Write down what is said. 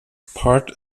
part